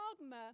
Dogma